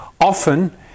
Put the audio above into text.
Often